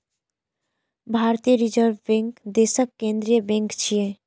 भारतीय reserve bank देशक केंद्रीय बैंक छियै